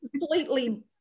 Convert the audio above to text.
completely